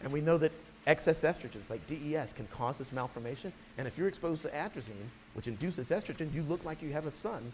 and we know that excess estrogens, like des, yeah can cause this malformation, and if you're exposed to atrazine, which induces estrogen, you look like you have a son